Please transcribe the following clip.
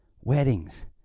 weddings